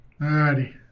Alrighty